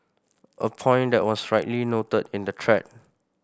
a point that was rightly noted in the thread